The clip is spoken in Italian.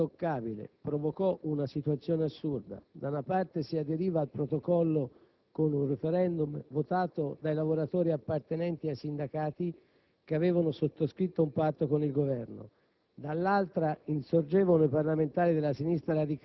Quel testo che - giova ricordarlo - doveva essere intoccabile, provocò una situazione assurda: da una parte si aderiva al Protocollo con un*referendum* votato dai lavoratori appartenenti ai sindacati che avevano sottoscritto un patto con il Governo;